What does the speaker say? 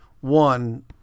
one